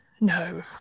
No